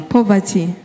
Poverty